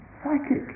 psychic